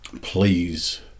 please